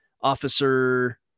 officer